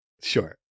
Sure